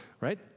right